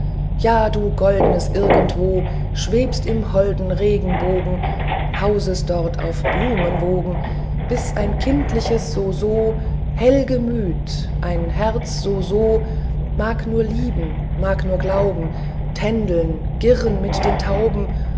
ja du goldnes irgendwo schwebst im holden regenbogen hausest dort auf blumenwogen bist ein kindliches so so hell gemüt ein herz so so mag nur lieben mag nur glauben tändeln girren mit den tauben